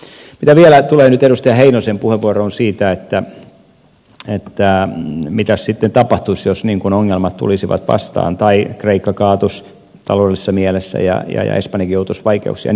mitä vielä tulee edustaja heinosen puheenvuoroon siitä mitäs sitten tapahtuisi jos ongelmat tulisivat vastaan tai kreikka kaatuisi taloudellisessa mielessä ja espanjakin joutuisi vaikeuksiin ja niin poispäin